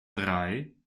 drei